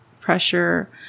pressure